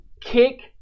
kick